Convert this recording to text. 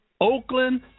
Oakland